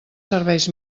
serveis